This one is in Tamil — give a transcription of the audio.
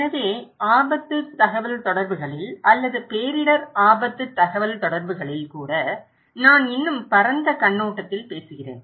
எனவே ஆபத்து தகவல்தொடர்புகளில் அல்லது பேரிடர் ஆபத்து தகவல்தொடர்புகளில் கூட நான் இன்னும் பரந்த கண்ணோட்டத்தில் பேசுகிறேன்